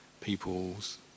people's